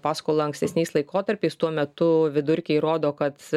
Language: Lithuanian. paskolą ankstesniais laikotarpiais tuo metu vidurkiai rodo kad